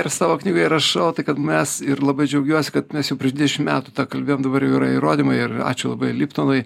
ir savo knygoje rašau tai kad mes ir labai džiaugiuosi kad mes jau prieš dvidešim metų tą kalbėjome dabar jau yra įrodymai ir ačiū labai liptonui